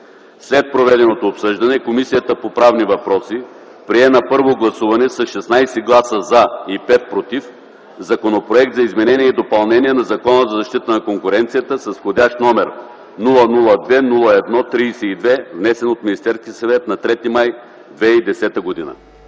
След проведеното обсъждане Комисията по правни въпроси прие на първо гласуване с 16 гласа „за” и 5 „против” Законопроект за изменение на Закона за защита на конкуренцията с вх. № 002-01-32, внесен от Министерския съвет на 3 май 2010 г.”